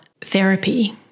therapy